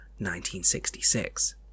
1966